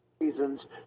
...reasons